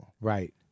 Right